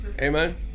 Amen